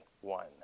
One